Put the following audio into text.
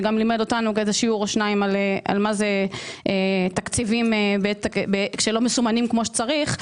שגם לימד אותנו שיעור או שניים על מה זה תקציבים שלא מסומנים כמו שצריך,